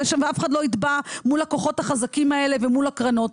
שם ואף אחד לא יתבע מול הכוחות החזקים האלה ומול הקרנות,